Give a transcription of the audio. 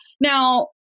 Now